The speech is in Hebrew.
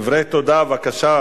דברי תודה, בבקשה,